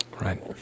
Right